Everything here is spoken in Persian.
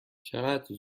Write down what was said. چقدر